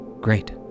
great